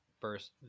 first